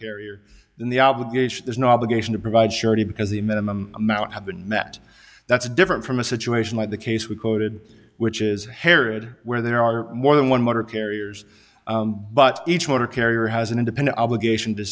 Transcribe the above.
carrier in the obligation there's no obligation to provide surety because the minimum amount have been met that's different from a situation like the case we quoted which is herod where there are more than one motor carriers but each motor carrier has an independent obligation to